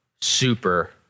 super